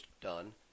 done